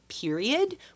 period